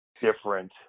different